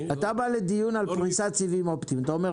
יכול להיות.